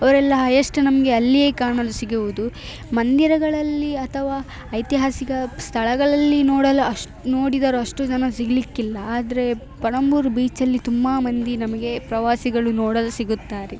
ಅವರೆಲ್ಲ ಹೈಯೆಸ್ಟ್ ನಮಗೆ ಅಲ್ಲಿಯೇ ಕಾಣಲು ಸಿಗುವುದು ಮಂದಿರಗಳಲ್ಲಿ ಅಥವಾ ಐತಿಹಾಸಿಕ ಸ್ಥಳಗಳಲ್ಲಿ ನೋಡಲು ಅಷ್ಟು ನೋಡಿದರು ಅಷ್ಟು ಜನ ಸಿಗಲಿಕ್ಕಿಲ್ಲ ಆದರೆ ಪಣಂಬೂರು ಬೀಚಲ್ಲಿ ತುಂಬ ಮಂದಿ ನಮಗೆ ಪ್ರವಾಸಿಗಳು ನೋಡಲು ಸಿಗುತ್ತಾರೆ